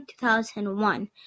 2001